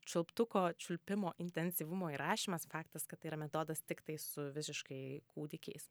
čiulptuko čiulpimo intensyvumo įrašymas faktas kad tai yra metodas tiktai su visiškai kūdikiais